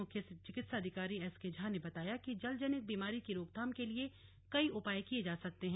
मुख्य चिकित्साधिकारी एसके झा ने बताया कि जल जनित बीमारी की रोकथाम के लिए कई उपाय किये जा सकते हैं